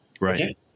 Right